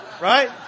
right